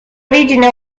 origini